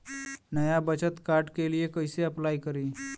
नया बचत कार्ड के लिए कइसे अपलाई करी?